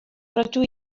rydw